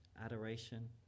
Adoration